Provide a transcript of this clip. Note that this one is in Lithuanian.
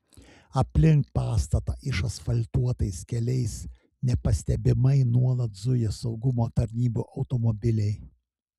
aplink pastatą išasfaltuotais keliais nepastebimai nuolat zuja saugumo tarnybų automobiliai